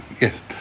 yes